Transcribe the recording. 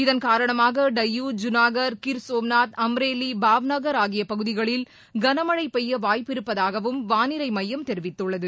இதன்காரணமாக டையு ஜூனாகர் கிர்சோம்நாத் அம்ரேலி பாப்நகர் ஆகிய பகுதிகளில் கனமழை பெய்ய வாய்ப்பிருப்பதாகவும் வானிலை மையம் தெரிவித்துள்ளது